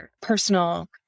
personal